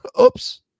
Oops